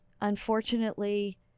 unfortunately